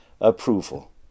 approval